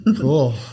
cool